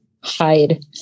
hide